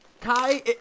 Kai